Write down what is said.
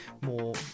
more